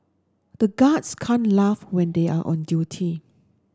the guards can't laugh when they are on duty